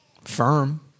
firm